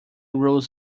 rules